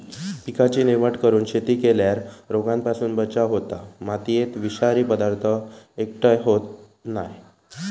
पिकाची निवड करून शेती केल्यार रोगांपासून बचाव होता, मातयेत विषारी पदार्थ एकटय होयत नाय